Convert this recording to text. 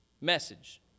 Message